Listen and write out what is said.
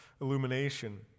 illumination